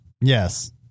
Yes